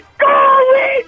Go